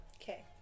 Okay